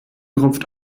rupft